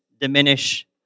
diminish